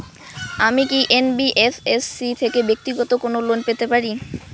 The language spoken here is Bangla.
আমি কি এন.বি.এফ.এস.সি থেকে ব্যাক্তিগত কোনো লোন পেতে পারি?